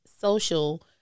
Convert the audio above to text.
social